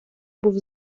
був